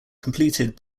completed